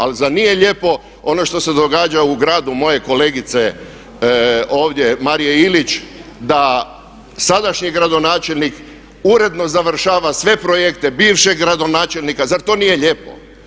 Ali zar nije lijepo ono što se događa u gradu moje kolegice ovdje Marije Ilić da sadašnji gradonačelnik uredno završava sve projekte bivšeg gradonačelnika, zar to nije lijepo?